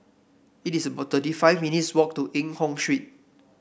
it is about thirty five minutes' walk to Eng Hoon Street